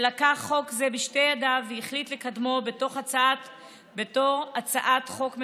שלקח חוק זה בשתי ידיו והחליט לקדמו בתור הצעת חוק ממשלתית.